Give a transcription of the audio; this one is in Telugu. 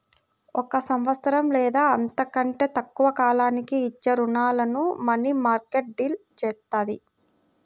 ఒక సంవత్సరం లేదా అంతకంటే తక్కువ కాలానికి ఇచ్చే రుణాలను మనీమార్కెట్ డీల్ చేత్తది